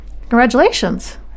Congratulations